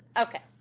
Okay